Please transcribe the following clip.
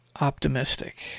optimistic